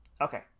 Okay